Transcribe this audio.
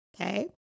Okay